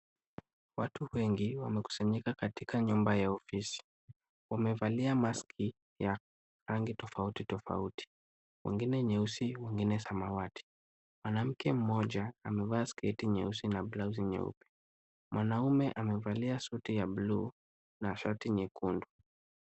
Watu wengi wamekusanyika katika nyumba ya ofisi. Wamevalia maski za rangi tofauti tofauti, wengine nyeusi wengine samawati. Mwanamke mmoja amevaa sketi nyeusi na blausi nyeupe. Mwanaume amevalia suti ya buluu na shati nyekundu.